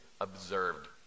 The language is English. Observed